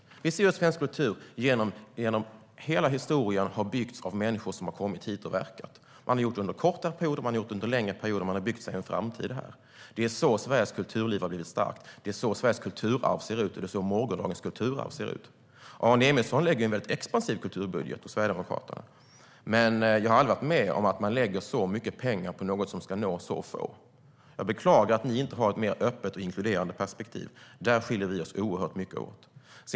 Vi ser hur svensk kultur genom hela historien har byggts av människor som har kommit hit och verkat här. Man har gjort det under kortare perioder och under längre perioder, och man har byggt sig en framtid här. Det är så Sveriges kulturliv har blivit starkt, det är så Sveriges kulturarv ser ut och det är så morgondagens kulturarv ser ut. Aron Emilsson och Sverigedemokraterna lägger fram en expansiv kulturbudget, men jag har aldrig varit med om att man lägger så mycket pengar på något som ska nå så få. Jag beklagar att ni inte har ett mer öppet och inkluderande perspektiv. Där skiljer vi oss oerhört mycket åt.